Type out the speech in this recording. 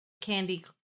candy